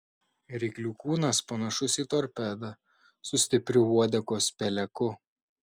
ryklių kūnas panašus į torpedą su stipriu uodegos peleku